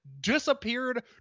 disappeared